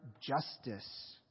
justice